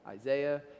Isaiah